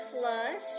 Plus